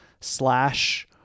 slash